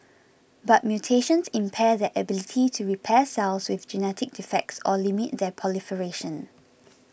but mutations impair their ability to repair cells with genetic defects or limit their proliferation